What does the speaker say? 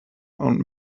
und